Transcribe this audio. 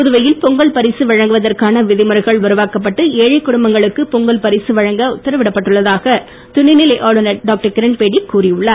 புதுவையில் பொங்கல் பரிசு வழங்குவதற்கான விதிமுறைகள் உருவாக்கப்பட்டு ஏழை குடும்பங்களுக்கு பொங்கல் பரிசு வழங்க உத்தரவிடப்பட்டுள்ளதாக துணை நிலை ஆளுநர் டாக்டர் கிரண்பேடி கூறி உள்ளார்